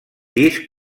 disc